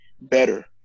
better